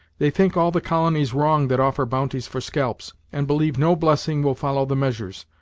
they think all the colonies wrong that offer bounties for scalps, and believe no blessing will follow the measures.